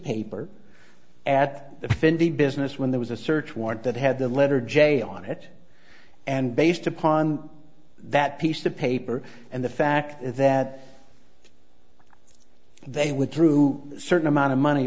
paper at affinity business when there was a search warrant that had the letter j on it and based upon that piece of paper and the fact that they went through certain amount of money